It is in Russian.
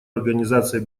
организацией